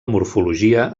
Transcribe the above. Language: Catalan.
morfologia